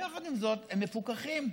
הם מפוכחים.